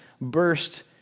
burst